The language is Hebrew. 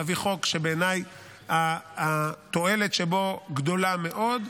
להביא חוק שבעיניי התועלת שבו גדולה מאוד,